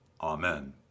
Amen